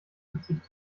vierzig